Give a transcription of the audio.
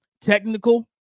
technical